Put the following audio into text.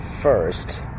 first